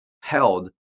held